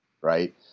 right